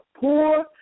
poor